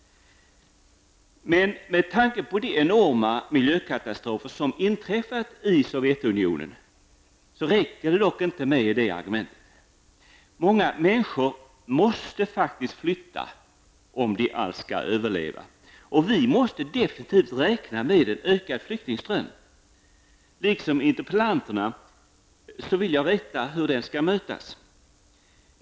Med tanke på de enorma miljökatastrofer som har inträffat i Sovjetunionen räcker det dock inte med det argumentet. Många människor måste faktiskt flytta från Sovjet om de alls skall överleva. Vi måste definitivt räkna med en ökad flyktingström. Liksom interpellanterna vill jag berätta hur det skall mötas.